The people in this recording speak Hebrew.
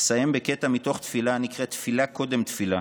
אסיים בקטע מתוך תפילה הנקראת "תפילה קודם תפילה",